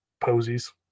posies